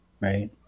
right